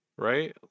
Right